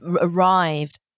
arrived